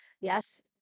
Yes